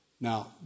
Now